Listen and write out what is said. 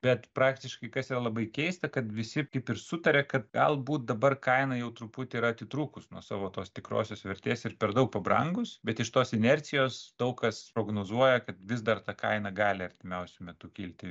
bet praktiškai kas yra labai keista kad visi kaip ir sutaria kad galbūt dabar kaina jau truputį yra atitrūkus nuo savo tos tikrosios vertės ir per daug pabrangus bet iš tos inercijos daug kas prognozuoja kad vis dar ta kaina gali artimiausiu metu kilti